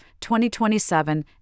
2027